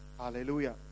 Hallelujah